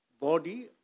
Body